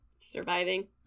surviving